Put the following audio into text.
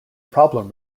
problem